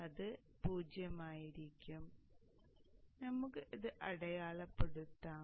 അതിനാൽ അത് 0 ആയിരിക്കും നമുക്ക് അത് അടയാളപ്പെടുത്താം